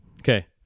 okay